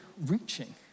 reaching